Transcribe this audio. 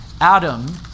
Adam